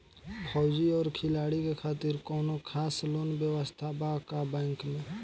फौजी और खिलाड़ी के खातिर कौनो खास लोन व्यवस्था बा का बैंक में?